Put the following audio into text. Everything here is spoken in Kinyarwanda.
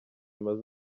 umaze